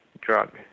drug